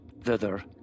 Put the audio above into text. thither